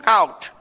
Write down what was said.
out